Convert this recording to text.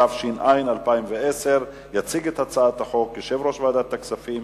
התש"ע 2010. יציג את הצעת החוק יושב-ראש ועדת הכספים,